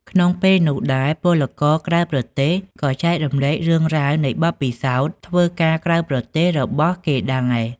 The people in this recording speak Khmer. ក្នុងពេលនោះដែរ ពលករក្រៅប្រទេសក៏ចែករំលែករឿងរ៉ាវនៃបទពិសោធន៍ធ្វើការក្រៅប្រទេសរបស់គេដែរ។